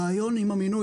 הרעיון עם המינוי הוא,